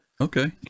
Okay